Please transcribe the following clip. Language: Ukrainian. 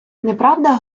неправда